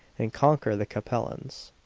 and conquer the capellans.